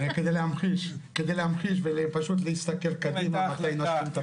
כדי להמחיש ופשוט להסתכל קדימה מתי מתחילים את הפער.